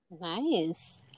Nice